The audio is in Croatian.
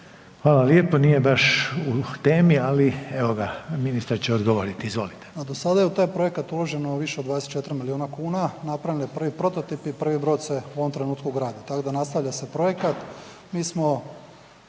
Hvala lijepo, nije baš u temi, ali evo ga, ministar će odgovoriti, izvolite. **Banožić, Mario (HDZ)** Do sada je u taj projekt uloženo više od 24 milijuna kuna, napravljen je prvi prototip i prvi brod se u ovom trenutku gradi, tako da nastavlja se projekat.